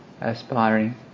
aspiring